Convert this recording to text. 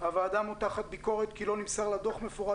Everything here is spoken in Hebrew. הוועדה מותחת ביקורת כי לא נמסר לה דוח מפורט